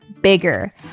bigger